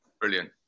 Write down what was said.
Brilliant